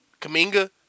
Kaminga